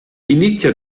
inizia